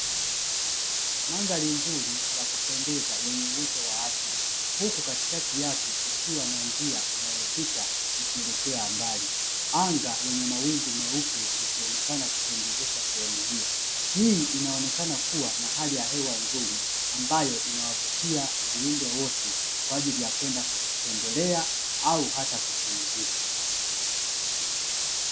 Mandhari nzuri ya kupendeza yenye mvuto wa asili, huku katikati yake kuna njia inapita ikielekea mbali. Anga lenye mawingu meupe ikionekana kupendezesha sehemu hiyo. Hii inaonekana kuwa na hali ya hewa nzuri ambayo inawavutia viumbe wote kwa ajili ya kwenda kutembelea au hata kupumzika.